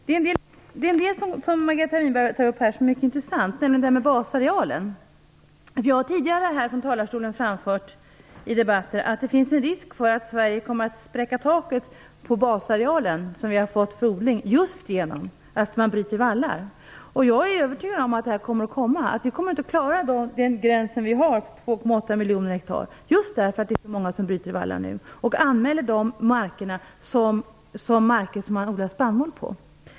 Fru talman! En del av det som Margareta Winberg här tar upp är mycket intressant. Jag tänker då på basarealen. Jag har tidigare här i talarstolen i debatter framfört att risken finns att Sverige spräcker taket för den basareal som vi har fått för odling just genom att man bryter vallar. Jag är övertygad om att vi inte kommer att klara vår gräns på 2,8 miljoner hektar just därför att det är så många som bryter vallar nu och anmäler de markerna som marker som man odlar spannmål på.